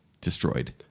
destroyed